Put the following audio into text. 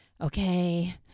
okay